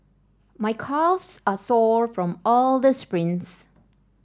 my calves are sore from all the sprints